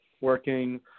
working